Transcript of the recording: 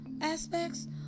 aspects